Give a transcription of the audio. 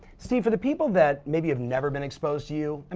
steve, for the people that maybe have never been exposed to you, and